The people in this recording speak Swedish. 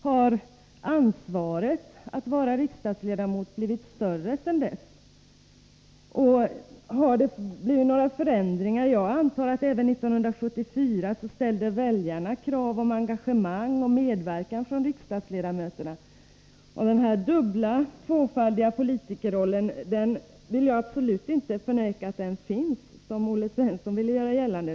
Har ansvaret för en riksdagsledamot blivit större sedan dess? Jag antar att väljarna även 1974 ställde krav på engagemang och aktiv medverkan från riksdagsledamöterna. Jag vill absolut inte förneka att den dubbla politikerrollen existerar, vilket Olle Svensson ville göra gällande.